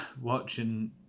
watching